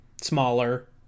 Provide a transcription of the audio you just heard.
smaller